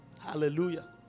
Hallelujah